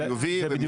חיובי.